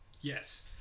Yes